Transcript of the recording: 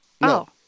no